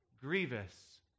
grievous